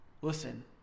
Listen